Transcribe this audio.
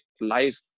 life